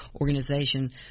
organization